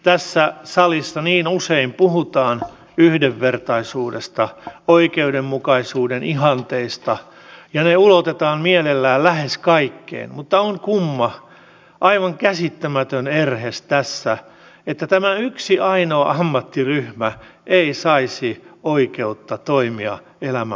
tässä salissa niin usein puhutaan yhdenvertaisuudesta oikeudenmukaisuuden ihanteista ja ne ulotetaan mielellään lähes kaikkiin mutta on kumma aivan käsittämätön erhe tässä että tämä yksi ainoa ammattiryhmä ei saisi oikeutta toimia elämän puolesta